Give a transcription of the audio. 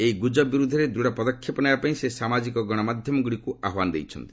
ଏଭଳି ଗୁଜବ ବିରୁଦ୍ଧରେ ଦୃଢ ପଦକ୍ଷେପ ନେବା ପାଇଁ ସେ ସାମାଜିକ ଗଣମାଧ୍ୟମଗୁଡିକୁ ଆହ୍ୱାନ ଦେଇଛନ୍ତି